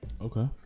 Okay